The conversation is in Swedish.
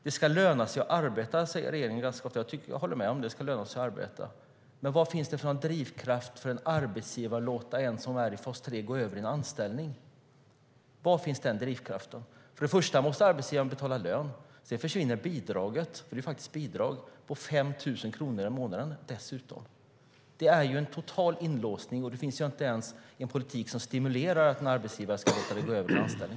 Det ska löna sig att arbeta, säger regeringen ganska ofta. Jag håller med om det. Men vad finns det för drivkraft för en arbetsgivare att låta en som är i fas 3 gå över i anställning? För det första måste arbetsgivaren betala lön. Sedan försvinner bidraget på 5 000 kronor i månaden. Det är fråga om en total inlåsning. Det finns inte ens en politik som stimulerar att en arbetsgivare ska låta det gå över i en anställning.